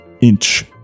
inch